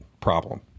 problem